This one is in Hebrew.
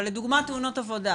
אבל לדוגמה תאונות עבודה